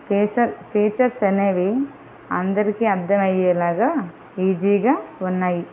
feature features అనేవి అందరికి అర్థమయ్యేలాగా ఈజీగా ఉన్నాయి